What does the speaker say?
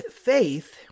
faith